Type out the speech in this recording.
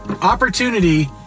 Opportunity